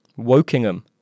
Wokingham